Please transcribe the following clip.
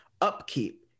upkeep